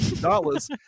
dollars